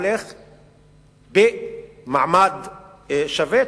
במעמד שווה,